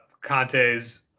Conte's